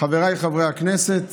חבריי חברי הכנסת